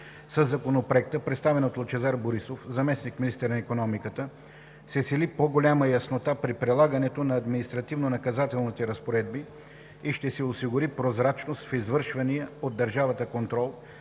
Със Законопроекта, представен от Лъчезар Борисов – заместник-министър на икономиката, се цели по-голяма яснота при прилагането на административнонаказателните разпоредби и ще се осигури прозрачност в извършвания от държавата контрол